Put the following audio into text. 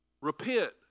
Repent